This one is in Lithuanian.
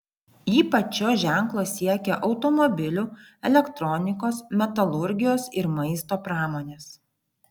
ypač šio ženklo siekia automobilių elektronikos metalurgijos ir maisto pramonės